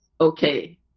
okay